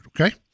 Okay